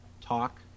talk